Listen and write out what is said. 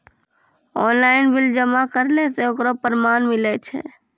Online bill जमा करला से ओकरौ परमान मिलै छै?